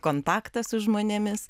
kontaktą su žmonėmis